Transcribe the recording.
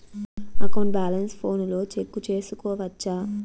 account balance ఫోనులో check సేసుకోవచ్చా